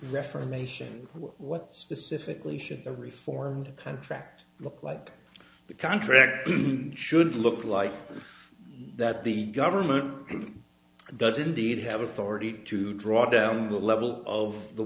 reformation what specifically should the reformed contract look like the contract should look like that the government does indeed have authority to draw down the level of the